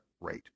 rate